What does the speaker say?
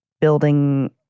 building